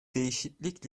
değişiklik